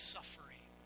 suffering